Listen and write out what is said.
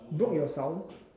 broke your sound